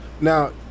Now